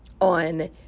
on